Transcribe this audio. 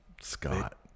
Scott